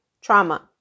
trauma